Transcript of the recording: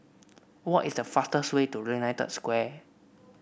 what is the fastest way to United Square